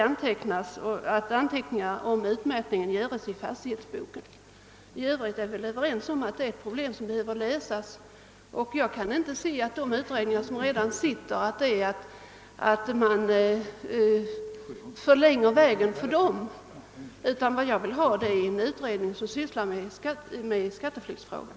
——— Anteckning om utmätningen göres i fastighetsboken.» I övrigt är vi väl överens om att detta är ett problem som behöver lösas. Jag kan inte se att man genom mitt yrkande förlänger arbetet för de utredningar som redan arbetar. Vad jag vill ha är en utredning som sysslar med skatteflyktsfrågor.